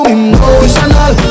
emotional